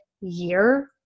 year